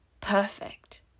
perfect